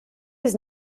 was